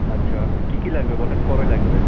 আচ্ছা কি কি লাগবে বলেন কবে লাগবে